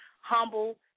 humble